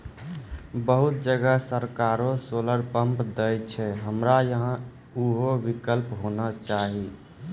बहुत जगह सरकारे सोलर पम्प देय छैय, हमरा यहाँ उहो विकल्प होना चाहिए?